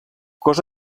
cos